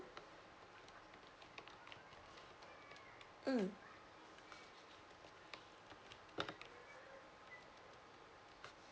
mm